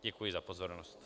Děkuji za pozornost.